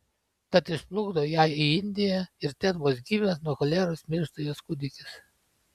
tad išplukdo ją į indiją ir ten vos gimęs nuo choleros miršta jos kūdikis